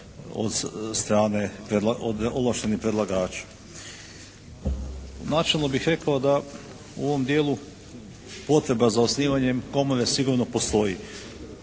od strane, od ovlaštenih predlagača. Načelno bih rekao da u ovom dijelu potreba za osnivanjem komore sigurno postoji